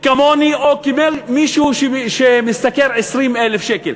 כמוני או כמו מישהו שמשתכר 20,000 שקל?